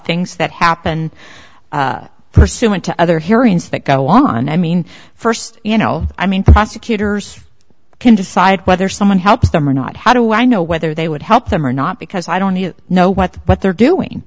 things that happen pursuant to other hearings that go on i mean first you know i mean prosecutors can decide whether someone helps them or not how do i know whether they would help them or not because i don't know what what they're doing